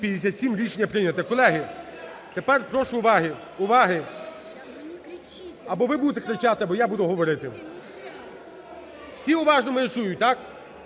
Рішення прийнято. Колеги, тепер прошу уваги. Уваги! Або ви будете кричати або я буду говорити. Всі уважно мене чують, так?